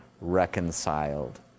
reconciled